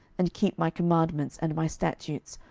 and keep my commandments and my statutes,